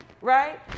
right